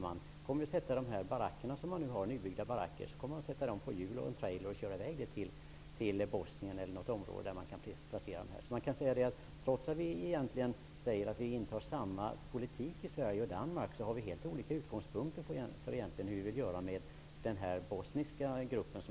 Man kommer att sätta hjul på de nybyggda barackerna och frakta dem med trailer till Bosnien eller något annat område där de kan placeras. Trots att vi säger att man för samma politik i Sverige och Danmark har vi helt olika utgångspunkter när det gäller den bosniska gruppen.